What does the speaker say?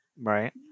right